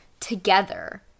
together